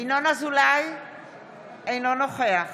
אינו נוכח